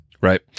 Right